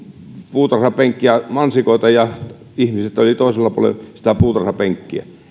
puutarhapenkkiä mansikoita ja ihmiset olivat toisella puolella sitä puutarhapenkkiä